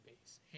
base